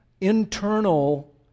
internal